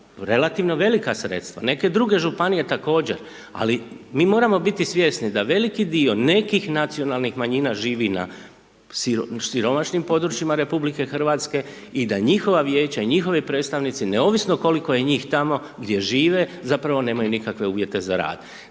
relativno velika sredstva, neke druge županije također, ali mi moramo biti svjesni da veliki dio nekih nacionalnih manjina živi na siromašnim područjima Republike Hrvatske i da njihova Vijeća, i njihovi predstavnici, neovisno koliko je njih tamo gdje žive, zapravo nemaju nikakve uvijete za rad.